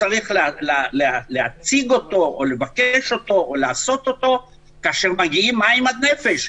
צריך להציג אותו או לבקש אותו או לעשות אותו כאשר מגיעים מים עד נפש,